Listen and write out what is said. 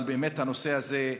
אבל באמת, הנושא הזה,